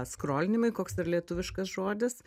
skolinimui koks yra lietuviškas žodis